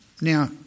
Now